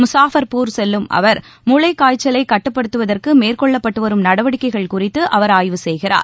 முசாஃபா்பூர் செல்லும் அவர் மூளைக்காய்ச்சலை கட்டுப்படுத்துவதற்கு மேற்கொள்ளப்பட்டு வரும் நடவடிக்கைகள் குறித்து அவர் ஆய்வு செய்கிறார்